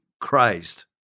Christ